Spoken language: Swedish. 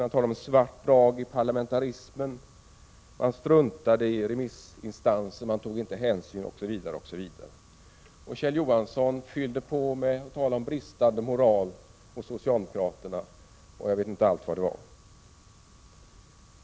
Han talade om en svart dag för parlamentarismen, att man struntade i remissinstanser, inte tog hänsyn osv. Kjell Johansson fyllde på med att tala om bristande moral hos socialdemokraterna och jag vet inte allt vad det var.